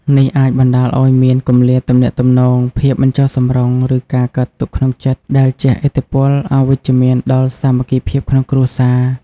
នេះអាចបណ្ដាលឱ្យមាន គម្លាតទំនាក់ទំនង ភាពមិនចុះសម្រុង ឬការកើតទុក្ខក្នុងចិត្ត ដែលជះឥទ្ធិពលអវិជ្ជមានដល់សាមគ្គីភាពក្នុងគ្រួសារ។